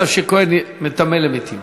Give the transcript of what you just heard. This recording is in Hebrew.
יש מצב שכוהן מיטמא למתים,